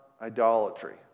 Idolatry